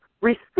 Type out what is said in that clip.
receive